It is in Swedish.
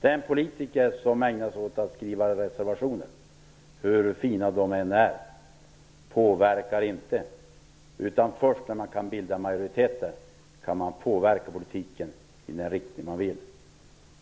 Den politiker som ägnar sig åt att skriva reservationer, hur fina de än är, påverkar inte. Först när man kan bilda majoriteter kan man påverka politiken i den riktning man vill.